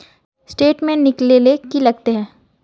Statement निकले ले की लगते है?